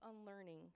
unlearning